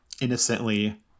innocently